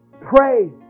pray